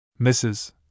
Mrs